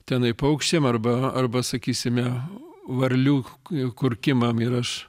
tenai paukščiam arba arba sakysime varlių kurkimam ir aš